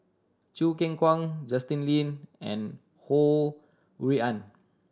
Choo Keng Kwang Justin Lean and Ho Rui An